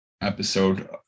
episode